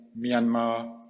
Myanmar